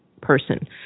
person